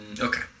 Okay